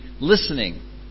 listening